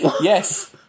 Yes